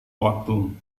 waktu